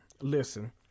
Listen